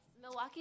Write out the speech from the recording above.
Milwaukee